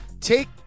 Take